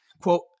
Quote